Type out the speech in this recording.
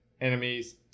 Enemies